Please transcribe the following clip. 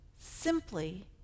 simply